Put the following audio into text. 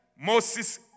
Moses